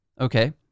Okay